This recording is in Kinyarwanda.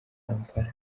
kampala